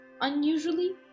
unusually